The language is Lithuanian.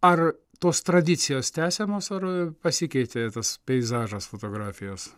ar tos tradicijos tęsiamos ar pasikeitė tas peizažas fotografijos